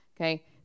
Okay